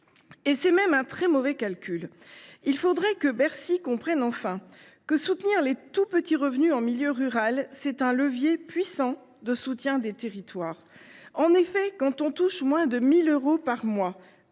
C’est même un très mauvais calcul. Il faudrait que Bercy comprenne enfin que le soutien des tout petits revenus en milieu rural constitue un levier puissant en faveur des territoires ! En effet, pour celui qui touche moins de 1 000 euros par mois,